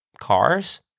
cars